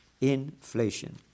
Inflation